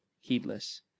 heedless